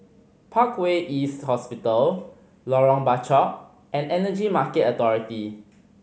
Parkway East Hospital Lorong Bachok and Energy Market Authority